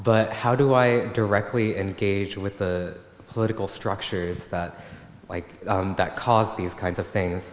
but how do i directly engage with the political structures like that cause these kinds of things